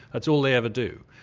that's all they ever do.